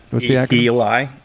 eli